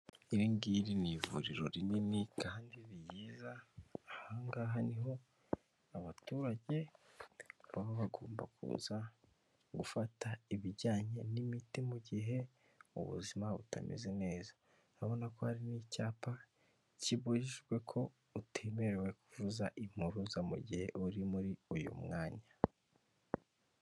Iri ngiri ni ivuriro rinini kandi ryiza aha ngaha ni ho abaturage baba bagomba kuza gufata ibijyanye n'imiti mu gihe ubuzima butameze neza, urabona ko hari n'icyapa kibujijwe ko utemerewe kuvuza impuruza mu gihe uri muri uyu mwanya.